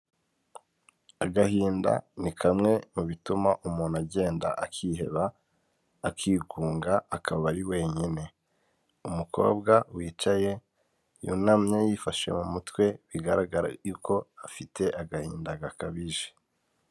Agahinda ni kamwe mu bituma umuntu agenda akiheba , akigunga akaba ari wenyine. Umukobwa wicaye yunamye yifashe mu mutwe, bigaragara ko afite agahinda gakabije.